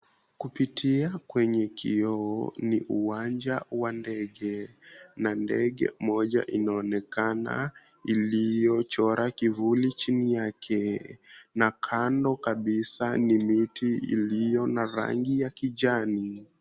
Kupitia kwenye kioo ni uwanja wa ndege na ndege moja inaonekana iliyochora kivuli chini yake na kando kabisa ni miti iliyo na rangi ya kijani.